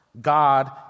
God